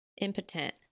impotent